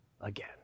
again